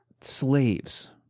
slaves